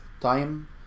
time